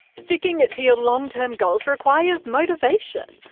sticking to your long-term goals requires motivation.